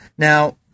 Now